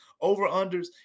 over-unders